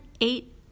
eight